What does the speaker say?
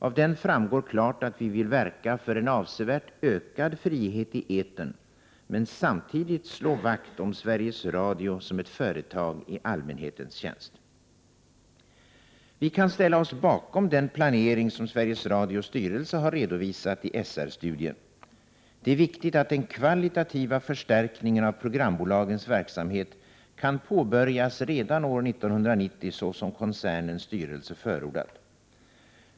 Av den framgår klart att vi vill verka för en avsevärt ökad frihet i etern men samtidigt slå vakt om Sveriges Radio som ett företag i allmänhetens tjänst. Vi kan ställa oss bakom den planering som Sveriges Radios styrelse har redovisat i SR-studien. Det är viktigt att den kvalitativa förstärkningen av programbolagens verksamhet kan påbörjas redan år 1990 så som koncernens styrelse förordat.